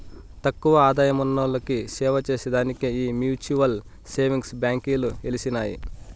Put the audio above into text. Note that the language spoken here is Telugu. తక్కువ ఆదాయమున్నోల్లకి సేవచేసే దానికే ఈ మ్యూచువల్ సేవింగ్స్ బాంకీలు ఎలిసినాయి